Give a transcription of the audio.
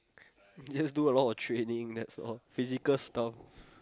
you just do a lot of training that's all physical stuff